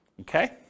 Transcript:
Okay